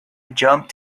jumped